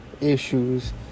issues